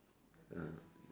um